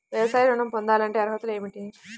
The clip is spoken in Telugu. వ్యవసాయ ఋణం పొందాలంటే అర్హతలు ఏమిటి?